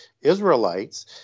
Israelites –